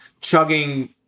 chugging